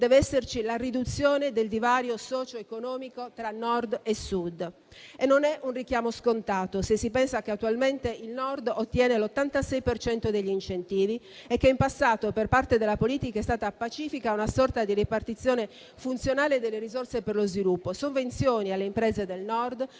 deve esserci la riduzione del divario socioeconomico tra Nord e Sud. Questo non è un richiamo scontato se si pensa che attualmente il Nord ottiene l'86 per cento degli incentivi e che in passato per parte della politica è stata pacifica una sorta di ripartizione funzionale delle risorse per lo sviluppo: sovvenzioni alle imprese del Nord,